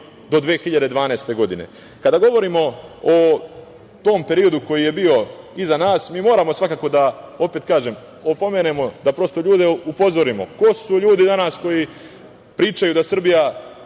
do 2012. godine. Kada govorimo o tom periodu koji je bio iza nas, mi moramo svakako da, opet kažem, opomenemo, da prosto ljude upozorimo, ko su ljudi koji danas pričaju da Srbija